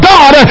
God